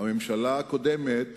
הממשלה הקודמת